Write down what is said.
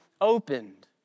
opened